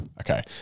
Okay